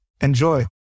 Enjoy